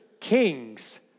Kings